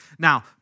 Now